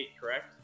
correct